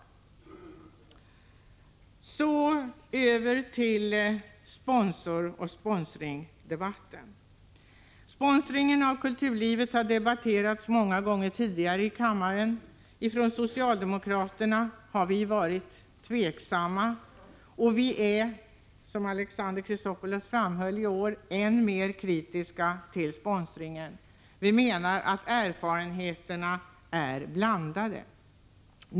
Därefter övergår jag till att säga några ord med anledning av debatten om sponsring. Sponsringen av kulturlivet har debatterats många gånger tidigare i kammaren. Vi socialdemokrater har varit tveksamma till sponsringen. Och på vänsterhåll är vi i år, som Alexander Chrisopoulos framhöll, än mer kritiska till sponsring. Vi menar att erfarenheterna är blandade.